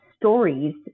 stories